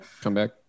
comeback